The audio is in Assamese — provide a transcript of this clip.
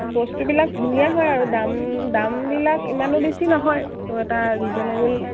বস্তুবিলাক ধুনীয়া হয় আৰু দাম দামবিলাক ইমানো বেছি নহয় ত' এটা ৰিজ'নেবল